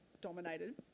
dominated